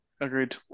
Agreed